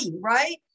right